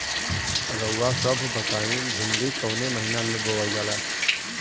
रउआ सभ बताई भिंडी कवने महीना में बोवल जाला?